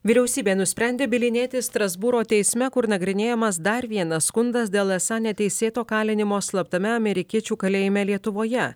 vyriausybė nusprendė bylinėtis strasbūro teisme kur nagrinėjamas dar vienas skundas dėl esą neteisėto kalinimo slaptame amerikiečių kalėjime lietuvoje